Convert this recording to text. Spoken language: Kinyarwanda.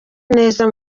neza